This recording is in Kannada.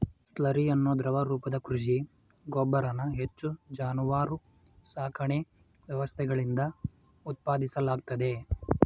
ಸ್ಲರಿ ಅನ್ನೋ ದ್ರವ ರೂಪದ ಕೃಷಿ ಗೊಬ್ಬರನ ಹೆಚ್ಚು ಜಾನುವಾರು ಸಾಕಣೆ ವ್ಯವಸ್ಥೆಗಳಿಂದ ಉತ್ಪಾದಿಸಲಾಗ್ತದೆ